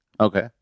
Okay